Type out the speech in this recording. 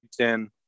Ten